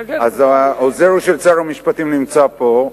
אז העוזר של שר המשפטים נמצא פה,